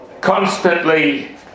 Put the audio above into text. constantly